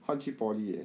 她去 poly eh